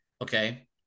Okay